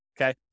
okay